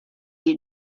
you